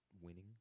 winning